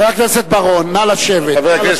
חבר הכנסת בר-און, נא לשבת.